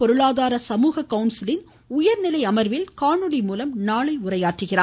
பொருளாதார சமூக கவுன்சிலின் உயர்நிலை அமர்வில் காணொலி மூலம் நாளை உரையாற்றுகிறார்